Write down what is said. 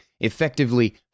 effectively